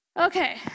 okay